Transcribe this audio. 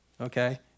Okay